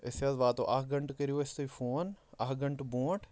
أسۍ حظ واتو اکھ گَنٹہٕ کٔرِو اَسہِ تُہۍ فون اکھ گَنٹہٕ برٛونٛٹھ